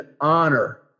honor